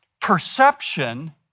perception